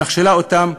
מכשילה אותן,